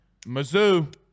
Mizzou